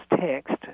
text